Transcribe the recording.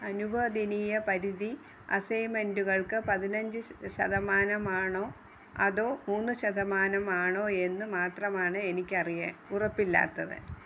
അനുവദനീയ പരിധി അസൈൻമെൻറ്റുകള്ക്ക് പതിനഞ്ച് ശതമാനമാണോ അതോ മൂന്ന് ശതമാനമാണോ എന്ന് മാത്രമാണ് എനിക്കറിയാൻ ഉറപ്പില്ലാത്തത്